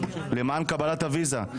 למען קבלת הוויזה.